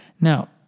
Now